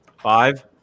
Five